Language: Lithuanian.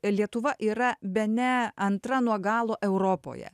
lietuva yra bene antra nuo galo europoje